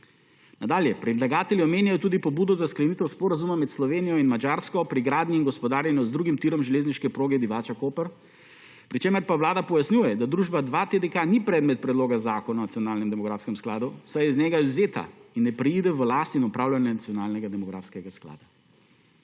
Nadalje, predlagatelji omenjajo tudi pobudo za sklenitev sporazuma med Slovenijo in Madžarsko pri gradnji in gospodarjenju z drugim tirom železniške proge Divača-Koper pri čemer pa Vlada pojasnjuje, da družba 2TDK ni predmet predloga zakona o nacionalnem demografskem skladu, saj je iz njega izvzeta in ne preide v last in upravljanje nacionalnega demografskega sklada.